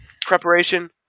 preparation